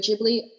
Ghibli